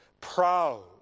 proud